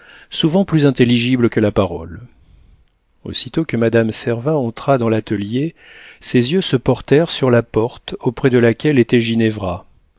souvent plus intelligible que la parole aussitôt que madame servin entra dans l'atelier ses yeux se portèrent sur la porte auprès de laquelle était